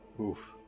Oof